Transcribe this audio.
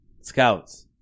scouts